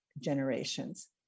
generations